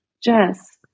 Jess